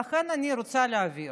לכן אני רוצה להבהיר: